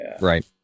Right